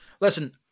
Listen